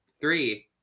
three